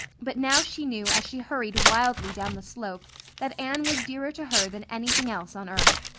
but now she knew as she hurried wildly down the slope that anne was dearer to her than anything else on earth.